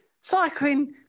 cycling